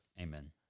amen